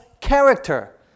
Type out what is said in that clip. character